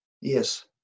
yes